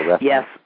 Yes